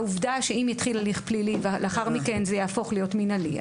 העובדה שאם התחיל הליך פלילי ולאחר מכן זה יהפוך להיות מינהלי,